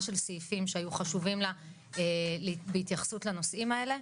של סעיפים שהיו חשובים לה בהתייחסות לנושאים האלה.